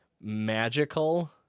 magical